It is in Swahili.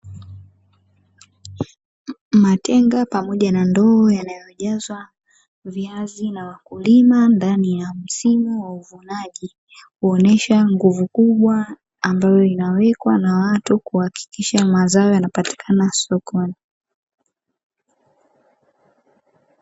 Matenga pamoja na ndoo yanayojazwa viazi na wakulima ndani ya msimu wa uvunaji, huonyesha nguvu kubwa ambayo inawekwa na watu kuhakikisha mazao yanapatikana sokoni.